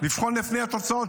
לבחון לפי התוצאות,